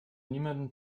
niemandem